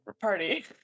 party